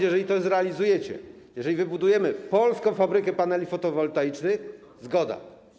Jeżeli to zrealizujecie, jeżeli wybudujemy polską fabrykę paneli fotowoltaicznych, zgoda.